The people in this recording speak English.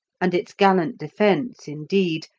and its gallant defence, indeed,